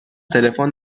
تلفن